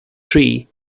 tree